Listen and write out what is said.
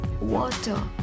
water